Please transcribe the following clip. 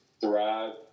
thrive